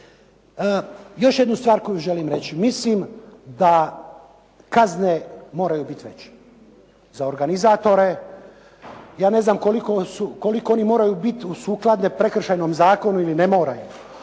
Još jednu stvar koju želim reći. Mislim da kazne moraju biti veće za organizatore. Ja ne znam koliko one moraju biti sukladne Prekršajnom zakonu ili ne moraju,